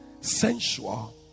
sensual